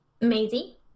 Maisie